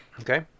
Okay